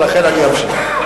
ולכן אני אמשיך.